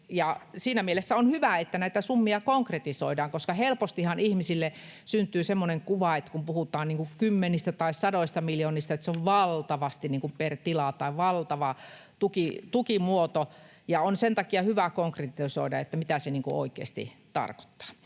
Siinä mielessä on hyvä, että näitä summia konkretisoidaan, koska helpostihan ihmisille syntyy semmoinen kuva, kun puhutaan kymmenistä tai sadoista miljoonista, että se on valtavasti per tila tai valtava tukimuoto, ja on sen takia hyvä konkretisoida, mitä se oikeasti tarkoittaa.